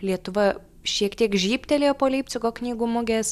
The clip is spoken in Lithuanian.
lietuva šiek tiek žybtelėjo po leipcigo knygų mugės